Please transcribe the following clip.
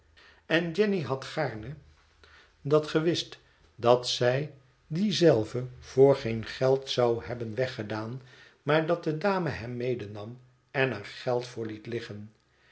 en jenny had gaarne dat ge wist dat zij dien zelve voor geen geld zou hebben weggedaan maar dat de dame hem medenam en er geld voor liet liggen